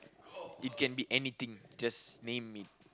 it can be anything just name me